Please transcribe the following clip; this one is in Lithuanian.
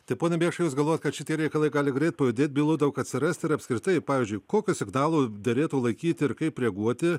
tai pone bėkša jus galvojat kad šitie reikalai gali greit pajudėti bylų daug atsirasti ir apskritai pavyzdžiui kokio signalo derėtų laikyti ir kaip reaguoti